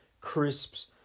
crisps